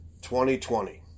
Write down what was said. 2020